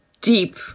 deep